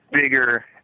bigger